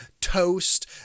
toast